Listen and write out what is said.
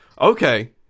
Okay